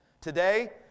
Today